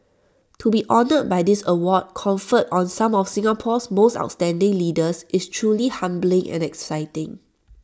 to be honoured by this award conferred on some of Singapore's most outstanding leaders is truly humbling and exciting